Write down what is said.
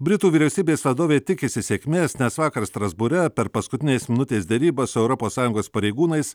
britų vyriausybės vadovė tikisi sėkmės nes vakar strasbūre per paskutinės minutės derybas su europos sąjungos pareigūnais